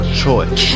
choice